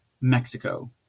Mexico